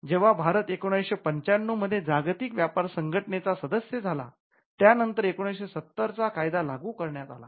जेंव्हा भारत १९९५ मध्ये जागतिक व्यापार संघटनेचा सदस्य झाला त्या नंतर १९७० चा कायदा लागू करण्यात आला